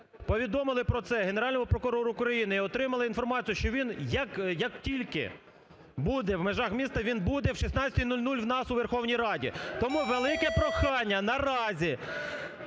повідомили про це Генеральному прокурору України і отримали інформацію, що він, як тільки буде в межах міста, він буде о 16:00 у нас, в Верховній Раді. Тому велике прохання, наразі